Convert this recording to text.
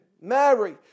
Mary